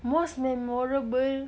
most memorable